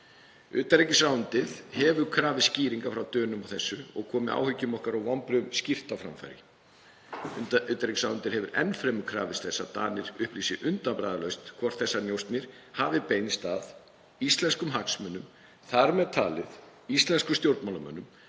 Utanríkisráðuneytið hefur krafist skýringa frá Dönum á þessu og komið áhyggjum okkar og vonbrigðum skýrt á framfæri. Utanríkisráðuneytið hefur enn fremur krafist þess að Danir upplýsi undanbragðalaust hvort þessar njósnir hafi beinst að íslenskum hagsmunum, þar með talið íslenskum stjórnmálamönnum,